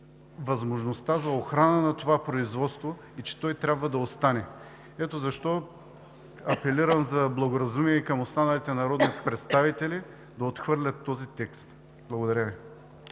възможността за охрана на това производство и че той трябва да остане. Ето защо апелирам за благоразумие и към останалите народни представители да отхвърлят този текст. Благодаря Ви.